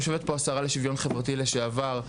יושבת פה השרה לשוויון חברתי לשעבר,